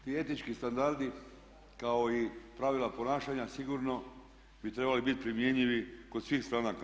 Ti etički standardi kao i pravila ponašanja sigurno bi trebali biti primjenjivi kod svih stranaka.